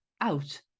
out